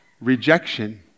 rejection